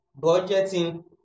budgeting